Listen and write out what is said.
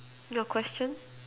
your question